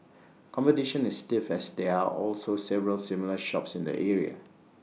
competition is stiff as there are also several similar shops in the area